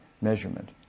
Measurement